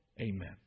Amen